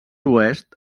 oest